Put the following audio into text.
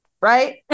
right